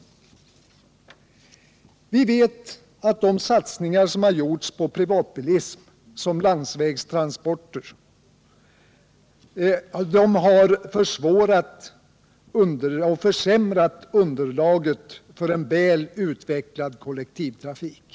15 december 1977 Vi vet att de satsningar som gjorts på privatbilism och landsvägstrans= porter har försämrat underlaget för en väl utvecklad kollektivtrafik.